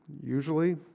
usually